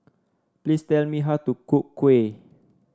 please tell me how to cook kuih